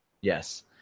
yes